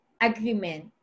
agreement